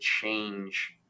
change